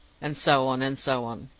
and so on, and so on.